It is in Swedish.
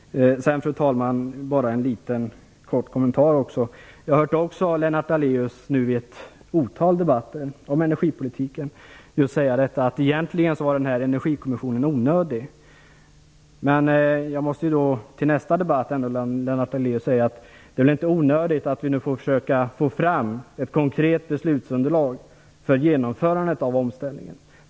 Fru talman! Jag vill bara göra en kort kommentar. Jag har hört Lennart Daléus säga i ett otal debatter om energipolitiken att Energikommissionen egentligen var onödig. Jag måste till nästa debatt ändå säga till Lennart Daléus att det inte är onödigt att vi får försöka ta fram ett konkret beslutsunderlag för genomförandet av omställningen.